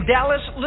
Dallas